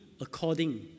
according